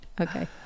Okay